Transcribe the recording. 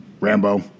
Rambo